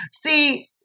See